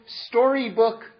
storybook